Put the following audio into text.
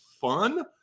fun